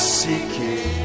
seeking